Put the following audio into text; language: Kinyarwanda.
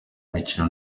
imikino